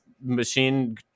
machine